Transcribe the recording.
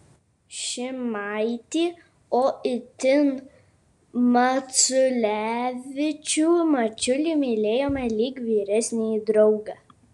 šimaitį o itin maculevičių mačiulį mylėjome lyg vyresnįjį draugą